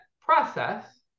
process